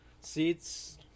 seats